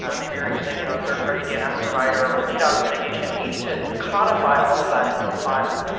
um maybe you're using you know a third party dns provider or ddos mitigation, and you need to codify all of that into a file.